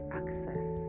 access